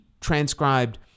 transcribed